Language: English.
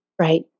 Right